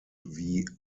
wie